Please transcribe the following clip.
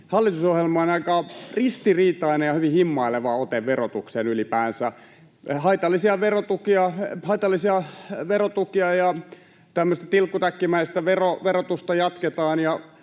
hallitusohjelman aika ristiriitainen ja hyvin himmaileva ote verotukseen ylipäänsä. Haitallisia verotukia ja tämmöistä tilkkutäkkimäistä verotusta jatketaan,